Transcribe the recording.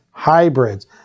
Hybrids